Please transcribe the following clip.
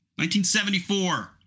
1974